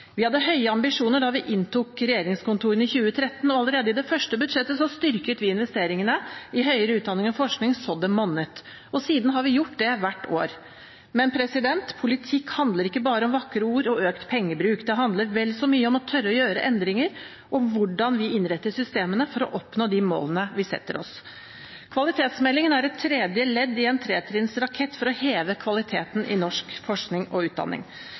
Vi hadde høye ambisjoner da vi inntok regjeringskontorene i 2013, og allerede i det første budsjettet styrket vi investeringene i høyere utdanning og forskning så det monnet. Siden har vi gjort det hvert år. Men politikk handler ikke bare om vakre ord og økt pengebruk. Det handler vel så mye om å tørre å gjøre endringer og om hvordan vi innretter systemene for å oppnå de målene vi setter oss. Kvalitetsmeldingen er tredje ledd i en tretrinnsrakett for å heve kvaliteten i norsk forskning og utdanning.